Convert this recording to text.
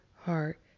heart